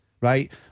right